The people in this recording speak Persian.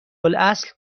الاصل